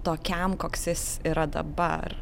tokiam koks jis yra dabar